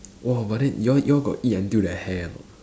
!wah! but then you all you all got eat until the hair or not